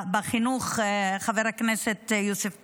בחינוך, חבר הכנסת יוסף טייב,